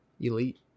Elite